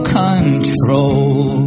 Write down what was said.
control